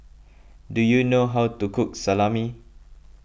do you know how to cook Salami